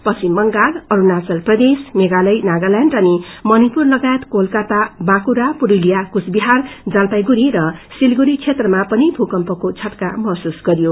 पश्चिम बंगाल अस्ल्णाचल प्रदेश मेघालय नागाल्याण्ड अनि मण्पिर लगायत कोलकाता बाँकुङा पुरूनिया कुचबिहार जलपाईगुङी र सिलगड़ी क्षेत्रमा पनि भूकम्पको झटका महसुस गरियो